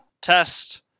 Test